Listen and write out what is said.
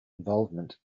involvement